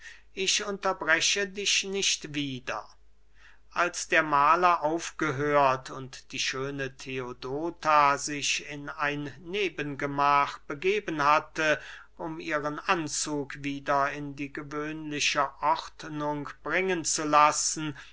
ich unterbreche dich nicht wieder als der mahler aufgehört und die schöne theodota sich in ein nebengemach begeben hatte um ihren anzug wieder in die gewöhnliche ordnung bringen zu lassen